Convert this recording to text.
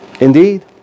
Indeed